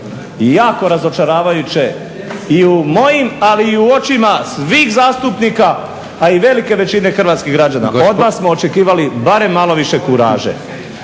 jako razočaravajuće i u mojim, ali i u očima svih zastupnika, a i velike većine hrvatskih građana. Od vas smo očekivali barem malo više kuraže.